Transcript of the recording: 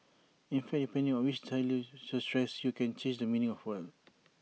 in fact depending on which you stress you can change the meaning of A word